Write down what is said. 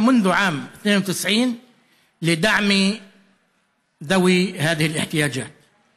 מאז שנת 1992 לתמיכה באנשים עם הצרכים האלה.